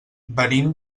venim